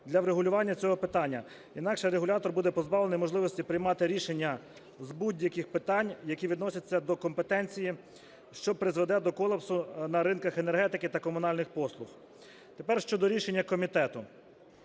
для врегулювання цього питання, інакше регулятор буде позбавлений можливості приймати рішення з будь-яких питань, які відносяться до компетенції, що призведе до колапсу на ринках енергетики та комунальних послуг. Тепер щодо рішення комітету.